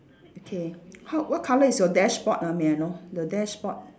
okay h~ what colour is your dashboard ah may I know the dashboard